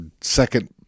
second